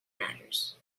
matters